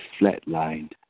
flatlined